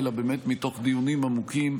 אלא באמת מתוך דיונים עמוקים.